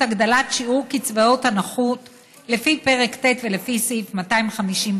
הגדלת שיעור קצבאות הנכות לפי פרק ט' ולפי סעיף 251,